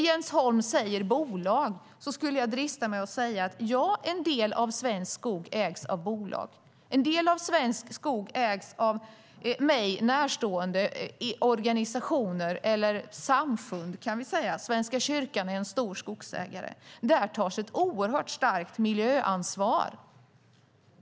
Jens Holm talar om bolag, och då skulle jag vilja drista mig till att säga att ja, en del av svensk skog ägs av bolag, och en del av svensk skog ägs av mig närstående organisationer eller samfund - Svenska kyrkan är en stor skogsägare - och där tas ett starkt miljöansvar.